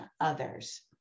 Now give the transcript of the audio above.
others